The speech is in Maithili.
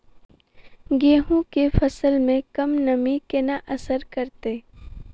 गेंहूँ केँ फसल मे कम नमी केना असर करतै?